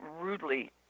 rudely